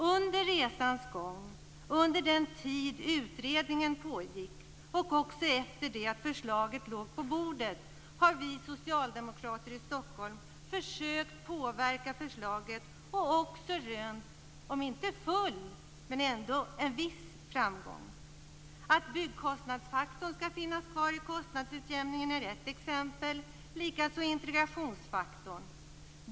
Under resans gång, under den tid utredningen pågick och också efter det att förslaget låg på bordet har vi socialdemokrater i Stockholm försökt påverka förslaget och också rönt om inte full så ändå en viss framgång. Att byggkostnadsfaktorn skall finnas kvar i kostnadsutjämningen är ett exempel, likaså integrationsfaktorn.